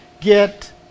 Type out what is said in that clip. get